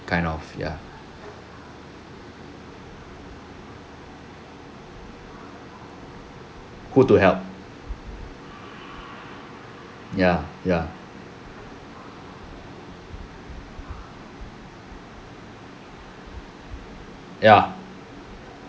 kind of ya who to help ya ya ya